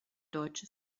deutsche